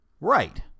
Right